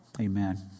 Amen